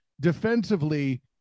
defensively